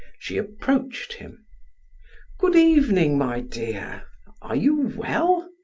she approached him good evening, my dear are you well?